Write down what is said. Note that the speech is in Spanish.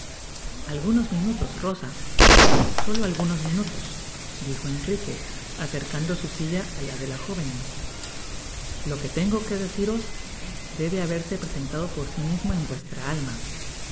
algunos minutos rosa solo algunos minutos dijo en rique acercando su silla á la de la joven lo que tengo que deciros debe haberse presentado por si mismo en vuestra alma